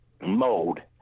mode